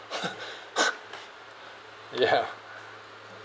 ya